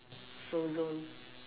Frozen